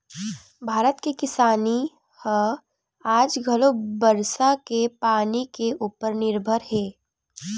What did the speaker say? भारत के किसानी ह आज घलो बरसा के पानी के उपर निरभर हे